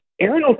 Aaron